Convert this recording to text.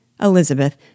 Elizabeth